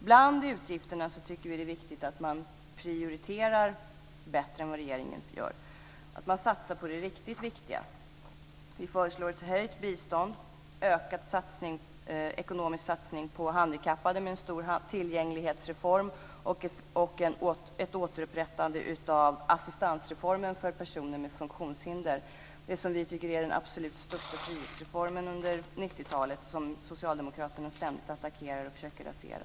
Vi tycker att det är viktigt att man prioriterar bättre bland utgifterna än vad regeringen gör, att man satsar på det riktigt viktiga. Vi föreslår en höjning av biståndet, en ökad ekonomisk satsning på handikappade med en stor tillgänglighetsreform och ett återupprättande av assistansreformen för personer med funktionshinder, det som vi tycker är den absolut största frihetsreformen under 90-talet och som socialdemokraterna ständigt attackerar och försöker rasera.